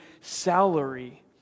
salary